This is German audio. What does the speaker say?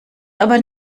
aber